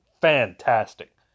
Fantastic